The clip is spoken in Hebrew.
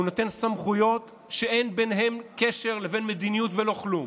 והוא נותן סמכויות שאין קשר ביניהן לבין מדיניות ולא כלום.